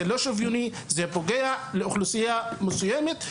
לא שוויוני ופוגע באוכלוסייה מסוימת,